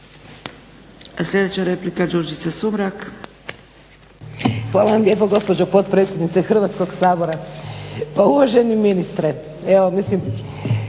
Sljedeća replika, Đurđica Sumrak.